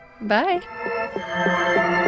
bye